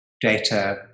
data